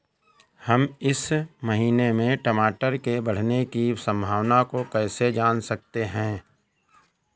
हम इस महीने में टमाटर के बढ़ने की संभावना को कैसे जान सकते हैं?